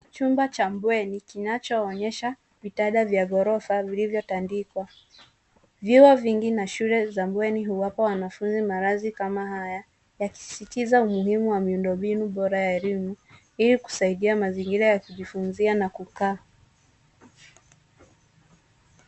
Chumba cha bweni kinachoonyesha vitanda vya ghorofa vilivyotandikwa. Vyuo vingi ni shule za bweni huwapa wanafunzi makazi kama haya. Yakisisitiza umuhimu wa miundo mbinu bora ya elimu ili kusaidia mazingira ya kujifunzia na kukaa.